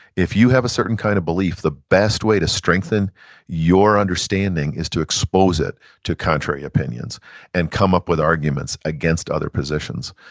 if you have a certain kind of belief, the best way to strengthen your understanding is to expose it to contrary opinions and come up with arguments against other positions.